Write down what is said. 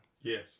Yes